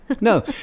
No